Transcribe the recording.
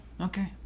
Okay